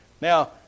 Now